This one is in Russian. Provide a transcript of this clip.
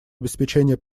обеспечение